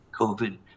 COVID